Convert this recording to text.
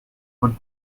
could